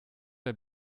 der